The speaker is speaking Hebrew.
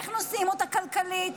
איך נושאים אותה כלכלית,